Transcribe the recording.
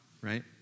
right